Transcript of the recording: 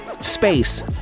space